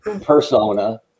persona